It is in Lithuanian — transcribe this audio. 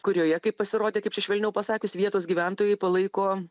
kurioje kaip pasirodė kaip čia švelniau pasakius vietos gyventojai palaiko